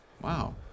Wow